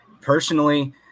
personally –